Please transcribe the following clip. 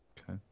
Okay